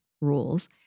rules